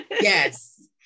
Yes